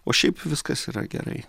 o šiaip viskas yra gerai